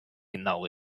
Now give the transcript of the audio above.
genau